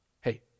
hey